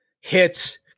hits